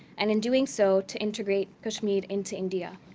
and in doing so, to integrate kashmir into india.